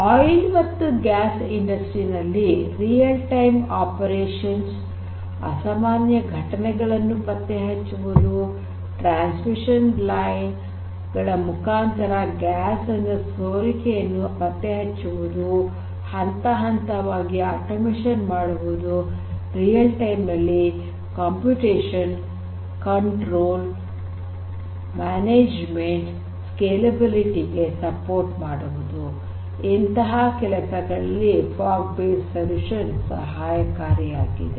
oil ಮತ್ತು gas industry ನಲ್ಲಿ real time operations ಅಸಾಮಾನ್ಯ ಘಟನೆಗಳನ್ನು ಪತ್ತೆ ಹಚ್ಚುವುದು ಟ್ರಾನ್ಸ್ಮಿಷನ್ ಲೈನ್ ಗಳ ಮುಖಾಂತರ ಗ್ಯಾಸ್ ನ ಸೋರಿಕೆಯನ್ನು ಪತ್ತೆ ಹಚ್ಚುವುದು ಹಂತ ಹಂತ ವಾಗಿ ಆಟೋಮೇಷನ್ ಮಾಡುವುದು ನೈಜ ಸಮಯದಲ್ಲಿ ಕಂಪ್ಯೂಟೇಷನ್ ನಿಯಂತ್ರಣ ನಿರ್ವಹಣೆ ಸ್ಕೇಲಬಿಲಿಟಿ ಗೆ ಬೆಂಬಲಿಸುವುದು ಇಂತಹ ಕೆಲಸಗಳಲ್ಲಿ ಫಾಗ್ ಬೇಸ್ಡ್ ಸೊಲ್ಯೂಷನ್ ಸಹಾಯಕಾರಿಯಾಗಿದೆ